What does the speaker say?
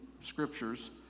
scriptures